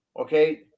Okay